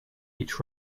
each